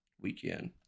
weekend